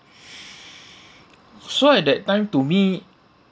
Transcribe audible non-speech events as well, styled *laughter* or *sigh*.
*breath* so at that time to me